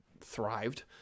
thrived